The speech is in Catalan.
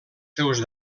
seus